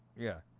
yeah